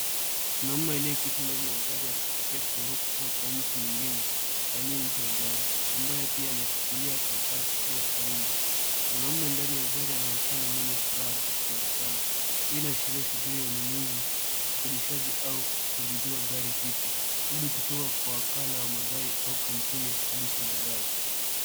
Mwanaume aliyekiti ndani ya gari akipokea funguo kutoka kwa mtu mwingine aliye nje ya gari ambaye pia anashikilia karatasi au faili. Mwanamume ndani ya gari anaonekana mwenye furaha akitabasamu. Hii inaashiria shughuli ya ununuzi, ukodishaji au kukabidhiwa gari jipya labda kutoka kwa duka la wa magari au kampuni ya kukodisha magari.